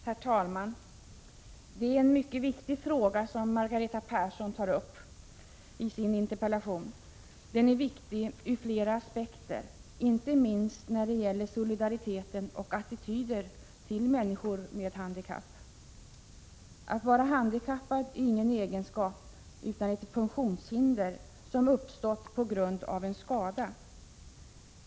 Herr talman! Det är en mycket viktig fråga som Margareta Persson tagit upp i sin interpellation. Den är viktig ur flera aspekter, inte minst när det gäller solidariteten med och attityder till människor med handikapp. Att vara handikappad är ingen egenskap utan ett funktionshinder, som uppstått på grund av en skada.